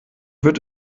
wird